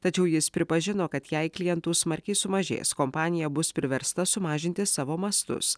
tačiau jis pripažino kad jei klientų smarkiai sumažės kompanija bus priversta sumažinti savo mastus